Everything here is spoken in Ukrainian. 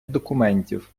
документів